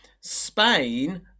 Spain